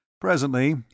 Presently